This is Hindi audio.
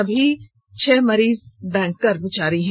सभी छह मरीज बैंक कर्मचारी हैं